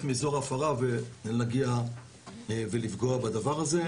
מאזור ההפרה ולהגיע ולפגוע באישה הזאת.